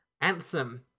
Anthem